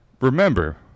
remember